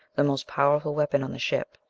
the most powerful weapon on the ship.